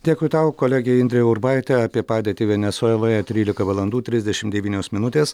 dėkui tau kolegė indrė urbaitė apie padėtį venesueloje trylika valandų trisdešim devynios minutės